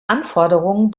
anforderungen